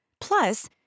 Plus